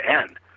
end